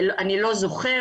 אני לא זוכר',